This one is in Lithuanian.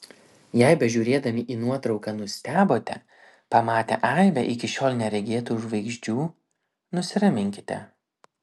jei bežiūrėdami į nuotrauką nustebote pamatę aibę iki šiol neregėtų žvaigždžių nusiraminkite